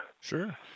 Sure